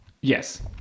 Yes